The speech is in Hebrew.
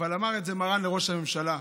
אבל אמר את זה מרן לראש הממשלה,